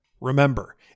Remember